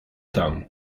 tam